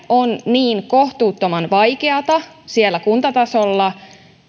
on niin kohtuuttoman vaikeata siellä kuntatasolla